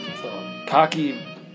Cocky